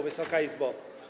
Wysoka Izbo!